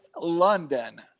London